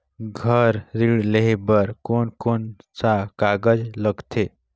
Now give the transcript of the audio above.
घर ऋण लेहे बार कोन कोन सा कागज लगथे?